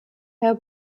herr